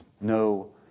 no